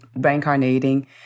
reincarnating